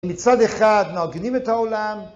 מצד אחד מארגנים את העולם